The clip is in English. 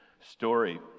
story